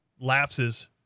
lapses